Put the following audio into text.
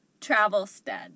Travelstead